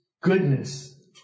goodness